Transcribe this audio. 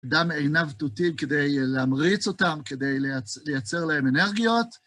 דם עיניו ודותים כדי להמריץ אותם, כדי לייצר להם אנרגיות.